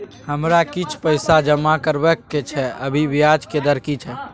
हमरा किछ पैसा जमा करबा के छै, अभी ब्याज के दर की छै?